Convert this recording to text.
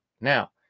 Now